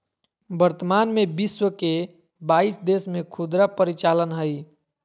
वर्तमान में विश्व के बाईस देश में खुदरा परिचालन हइ